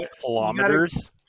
Kilometers